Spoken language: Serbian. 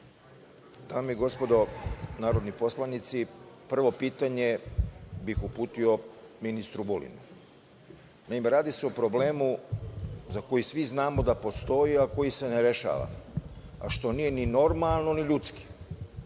Dame i gospodo narodni poslanici, prvo pitanje bih uputio ministru Vulinu. Naime, radi se o problemu za koji svi znamo da postoji, a koji se ne rešava, a što nije ni normalno, ni ljudski.